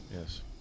Yes